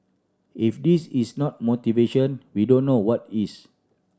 if this is not motivation we don't know what is